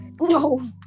No